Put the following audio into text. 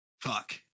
fuck